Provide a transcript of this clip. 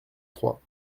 trois